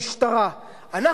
כשתבוא המשטרה לממשלה,